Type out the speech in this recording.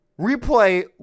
Replay